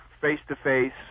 face-to-face